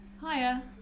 Hiya